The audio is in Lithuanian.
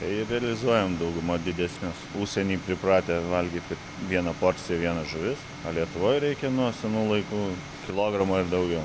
tai realizuojam dauguma didesnius užsieny pripratę valgyti viena porcija viena žuvis o lietuvoj reikia nuo senų laikų kilogramo ir daugiau